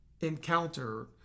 encounter